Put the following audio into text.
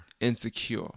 Insecure